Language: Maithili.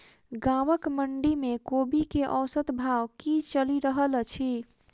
गाँवक मंडी मे कोबी केँ औसत भाव की चलि रहल अछि?